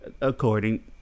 according